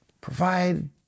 provide